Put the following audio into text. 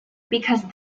because